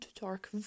dark